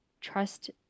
trust